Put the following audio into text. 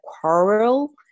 quarrel